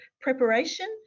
preparation